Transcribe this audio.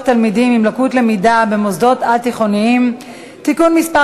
תלמידים עם לקות למידה במוסדות על-תיכוניים (תיקון מס'